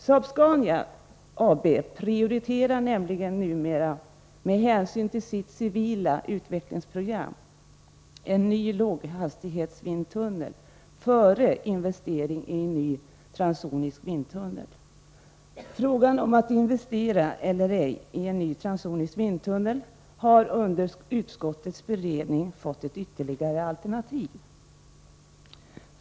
Saab-Scania AB prioriterar nämligen numera, med hänsyn till sitt civila utvecklingsprogram, en ny låghastighetsvindtunnel, före investering i en ny transsonisk vindtunnel. Frågan om att investera eller ej i en ny transsonisk vindtunnel har under utskottets beredning fått ett ytterligare alternativ.